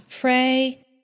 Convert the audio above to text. pray